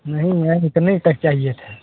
नहीं मैम इतने हीतक चाहिए थे